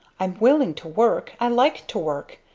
i'm willing to work, i like to work,